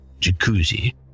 jacuzzi